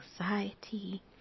anxiety